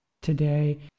today